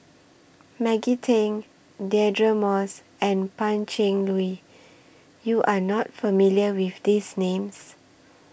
Maggie Teng Deirdre Moss and Pan Cheng Lui YOU Are not familiar with These Names